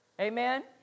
Amen